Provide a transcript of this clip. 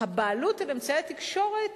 והבעלות על אמצעי התקשורת,